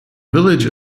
village